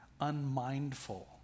unmindful